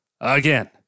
again